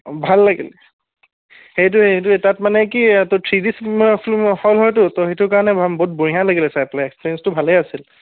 অঁ ভাল লাগিল সেইটোৱে সেইটোৱেই তাত মানে কি থ্ৰী ডি হল হয়তো সেইটো কাৰণে বৰ বহুত বঢ়িয়া লাগিলে চাই পেলাই এক্সপেৰিয়েঞ্চটো ভালেই আছিল